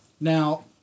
Now